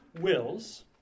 wills